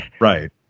Right